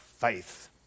faith